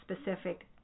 specific